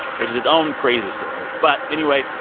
which is its own crazy story. but anyway,